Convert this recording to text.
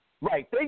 Right